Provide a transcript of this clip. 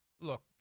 look